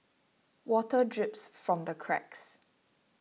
water drips from the cracks